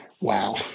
Wow